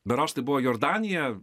berods tai buvo jordanija